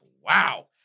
wow